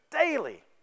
daily